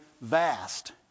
vast